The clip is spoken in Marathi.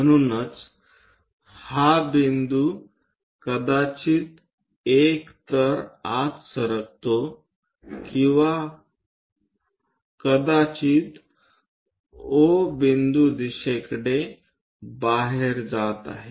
म्हणूनच हा बिंदू कदाचित एकतर आत सरकतो किंवा कदाचित O बिंदू दिशेकडे बाहेर जात आहे